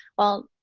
well,